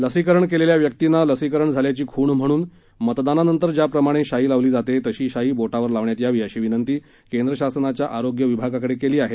लसीकरण केलेल्या व्यक्तींना लसीकरण झाल्याची खूण म्हणून मतदानानंतर ज्याप्रमाणे शाई लावली जाते तशी शाई बोटावर लावण्यात यावी अशी विनंती केंद्र शासनाच्या आरोग्य विभागाकडे केली आहे